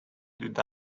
did